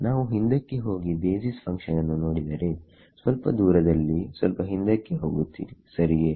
ನಾವು ಹಿಂದಕ್ಕೆ ಹೋಗಿ ಬೇಸಿಸ್ ಫಂಕ್ಷನ್ ನ್ನು ನೋಡಿದರೆ ಸ್ವಲ್ಪ ದೂರದಲ್ಲಿ ಸ್ವಲ್ಪ ಹಿಂದಕ್ಕೆ ಹೋಗುತ್ತೀರಿ ಸರಿಯೇ